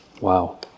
Wow